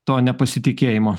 to nepasitikėjimo